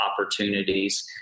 opportunities